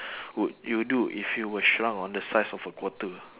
would you do if you were shrunk on the size of a quarter